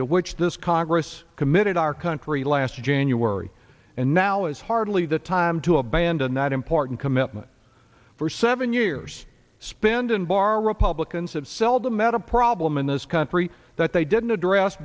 to which this congress committed our country last january and now is hardly the time to abandon that important commitment for seven years spend and borrow republicans have seldom met a problem in this country that they didn't address